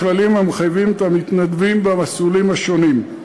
הכללים המחייבים את המתנדבים במסלולים השונים.